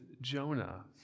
Jonah